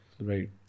Right